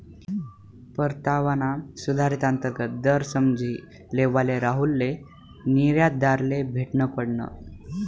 परतावाना सुधारित अंतर्गत दर समझी लेवाले राहुलले निर्यातदारले भेटनं पडनं